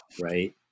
right